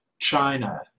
China